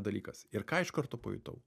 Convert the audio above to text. dalykas ir ką iš karto pajutau